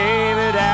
David